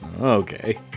Okay